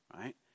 right